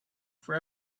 for